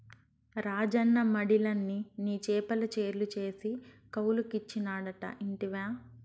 రాజన్న మడిలన్ని నీ చేపల చెర్లు చేసి కౌలుకిచ్చినాడట ఇంటివా